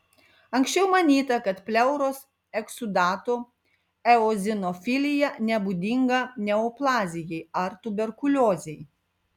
anksčiau manyta kad pleuros eksudato eozinofilija nebūdinga neoplazijai ar tuberkuliozei